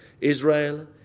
Israel